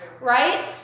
Right